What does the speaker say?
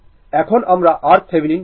এখন আমরা RThevenin খুঁজে বের করবে